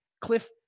Cliff